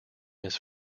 his